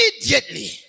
immediately